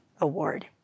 Award